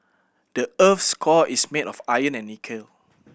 the earth's core is made of iron and nickel